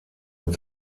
mit